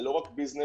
זה לא רק ביזנס,